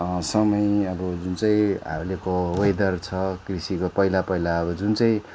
समय अब जुन चाहिँ अहिलेको वेदर छ कृषिको पहिला पहिला अब जुन चाहिँ